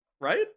right